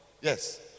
Yes